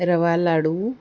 रवा लाडू